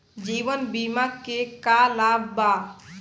जीवन बीमा के का लाभ बा?